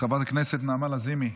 חברת הכנסת נעמה לזימי,